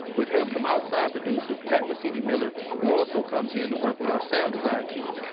with help from outside producer pat mesiti-miller, who also comes in to work with our sound design team.